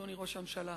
אדוני ראש הממשלה.